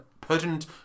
pertinent